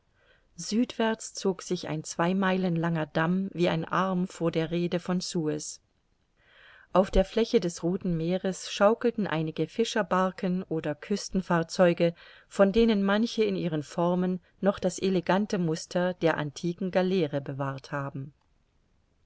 südwärts zog sich ein zwei meilen langer damm wie ein arm vor der rhede von suez auf der fläche des rothen meeres schaukelten einige fischerbarken oder küstenfahrzeuge von denen manche in ihren formen noch das elegante muster der antiken galeere bewahrt haben